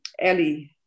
Ellie